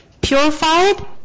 Purified